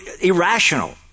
irrational